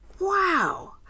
wow